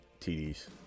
TDs